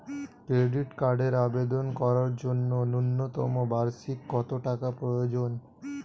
Credit কার্ডের আবেদন করার জন্য ন্যূনতম বার্ষিক কত টাকা প্রয়োজন?